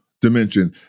dimension